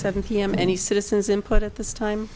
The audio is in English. seven pm any citizens input at this time